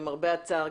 למרבה הצער,